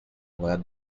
where